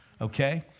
Okay